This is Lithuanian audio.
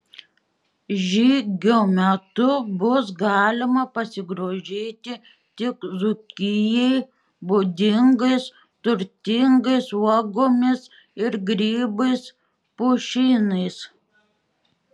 žygio metu bus galima pasigrožėti tik dzūkijai būdingais turtingais uogomis ir grybais pušynais